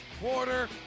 quarter